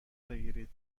بگیرید